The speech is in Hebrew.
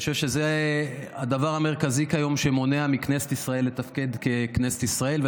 אני חושב שזה הדבר המרכזי כיום שמונע מכנסת ישראל לתפקד ככנסת ישראל.